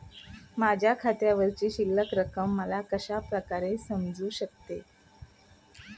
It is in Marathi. माझ्या खात्यावरची शिल्लक रक्कम मला कशा प्रकारे समजू शकते?